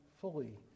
fully